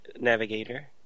navigator